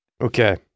okay